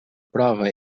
prova